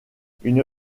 une